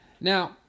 Now